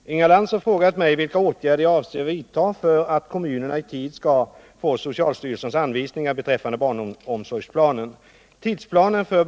Herr talman! Inga Lantz har frågat mig vilka åtgärder jag avser att vidta för att kommunerna I tid skall få socialstyrelsens anvisningar beträffande barnomsorgsplanen.